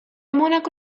monaco